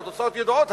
התוצאות ידועות.